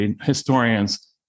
historians